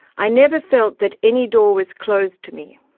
i never felt that any door was closed to me.